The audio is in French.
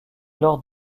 lors